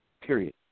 period